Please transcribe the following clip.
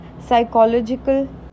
psychological